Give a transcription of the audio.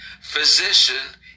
Physician